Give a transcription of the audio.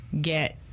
get